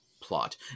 plot